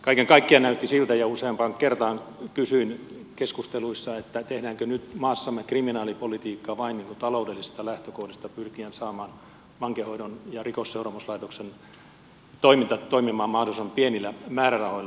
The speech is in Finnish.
kaiken kaikkiaan näytti siltä ja useaan kertaan kysyin keskusteluissa tehdäänkö nyt maassamme kriminaalipolitiikkaa vain taloudellisista lähtökohdista pyrkien saamaan vankeinhoidon ja rikosseuraamuslaitoksen toiminta toimimaan mahdollisimman pienillä määrärahoilla